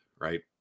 right